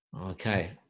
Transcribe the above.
Okay